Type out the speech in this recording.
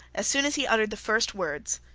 as soon as he uttered the first words,